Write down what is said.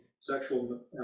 sexual